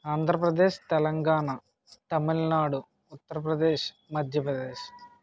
Andhra Pradesh Telangana Tamil Nadu Uttar Pradesh Madhya Pradesh